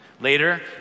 Later